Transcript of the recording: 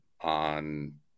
on